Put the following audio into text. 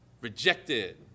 Rejected